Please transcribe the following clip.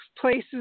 places